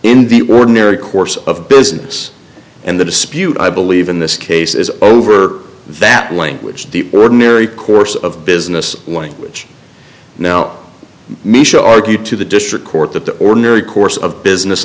in the ordinary course of business and the dispute i believe in this case is over that language the ordinary course of business language now michele argued to the district court that the ordinary course of business